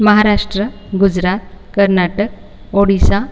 Maharashtra Gujarat Karnataka Odisha